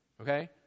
Okay